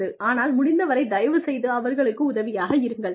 ஆனால் முடிந்தவரை தயவுசெய்து அவர்களுக்கு உதவியாக இருங்கள்